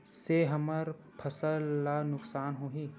से हमर फसल ला नुकसान होही?